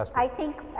i think